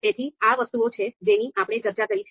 તેથી આ તે વસ્તુઓ છે જેની આપણે ચર્ચા કરી છે